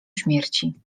śmierci